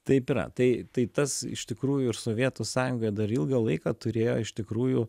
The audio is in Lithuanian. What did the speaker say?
taip yra tai tai tas iš tikrųjų ir sovietų sąjungoje dar ilgą laiką turėjo iš tikrųjų